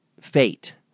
fate